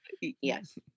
Yes